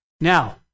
Now